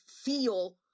feel